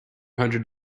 hundred